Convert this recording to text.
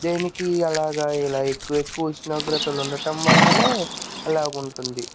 దేనికి అలాగా ఇలా ఎక్కువెక్కువ ఉష్ణోగ్రతలు ఉండటం వల్లనే అలా ఉంటుంది